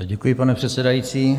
Děkuji, pane předsedající.